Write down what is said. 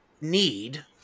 need